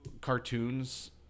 cartoons